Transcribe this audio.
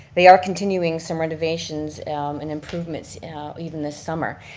they are continuing some renovations and improvements even this summer.